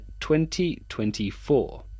2024